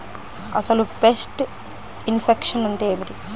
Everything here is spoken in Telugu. అసలు పెస్ట్ ఇన్ఫెక్షన్ అంటే ఏమిటి?